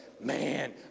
man